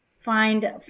Find